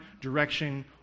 direction